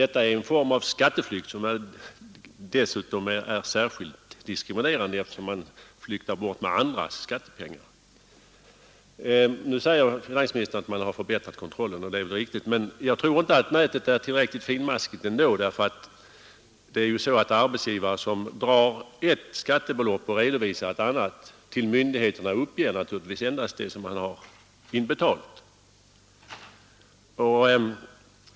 Det är dessutom en form av skatteflykt som är särskilt diskrimine rande, eftersom man flyktar bort med andras skattepengar. Nu säger finansministern att kontrollen har förbättrats och det är väl riktigt. Men jag tror ändå inte att nätet är tillräckligt finmaskigt, eftersom en arbetsgivare som drar ett skattebelopp och redovisar ett annat till myndigheterna naturligtvis endast uppger det som han har inbetalt.